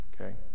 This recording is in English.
okay